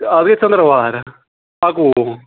اَز گٔے ژندٕروار اَکہٕ وُہ